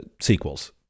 sequels